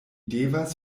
devas